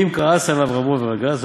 ואם כעס עליו רבו ורגז,